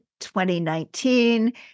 2019